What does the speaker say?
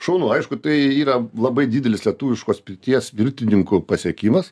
šaunu aišku tai yra labai didelis lietuviškos pirties pirtininkų pasiekimas